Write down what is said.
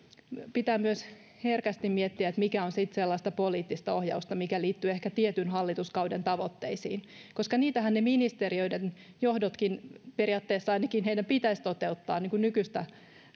pitää myös herkästi miettiä että mikä on sitten sellaista poliittista ohjausta mikä liittyy ehkä tietyn hallituskauden tavoitteisiin koska niitähän ne ministeriöiden johdotkin periaatteessa ainakin heidän pitäisi toteuttaa nykyistä